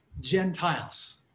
Gentiles